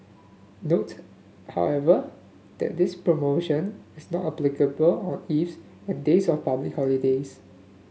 note however that this promotion is not applicable on eves and days of public holidays